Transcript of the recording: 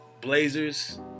blazers